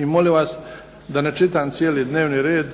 I molim vas da ne čitam cijeli dnevni red,